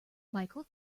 michael